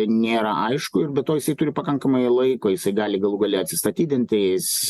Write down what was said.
nėra aišku ir be to jisai turi pakankamai laiko jisai gali galų gale atsistatydinti jis